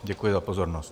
Děkuji za pozornost.